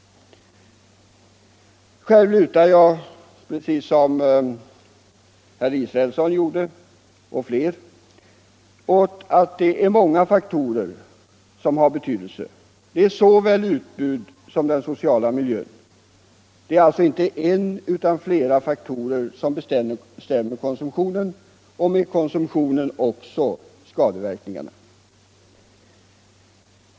Själv lutar jag liksom bl.a. herr Israelsson åt att det är många faktorer som har betydelse, såväl utbudet som den sociala miljön. Det är alltså inte en utan flera faktorer som bestämmer konsumtionen och med konsumtionen också skadeverkningarna.